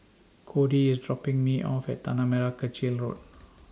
Codey IS dropping Me off At Tanah Merah Kechil Road